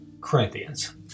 Corinthians